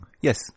Yes